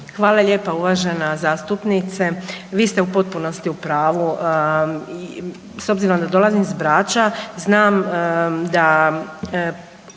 Hvala lijepa uvažena zastupnice. Vi ste u potpunosti u pravu. S obzirom da dolazim s Brača znam da